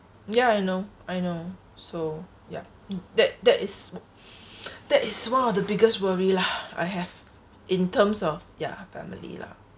ya I know I know so ya that that is that is one of the biggest worry lah I have in terms of ya family lah